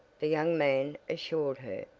the young man assured her,